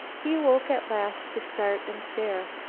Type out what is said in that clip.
he awoke at last to start and stare.